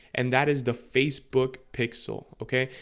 and that is the facebook pixel okay,